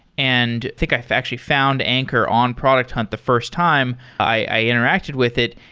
and think i actually found anchor on product hunt the first time i interacted with it.